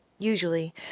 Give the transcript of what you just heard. usually